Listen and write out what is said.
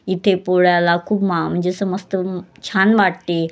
इथे पोळ्याला खूप मा म्हणजे असं मस्त छान वाटते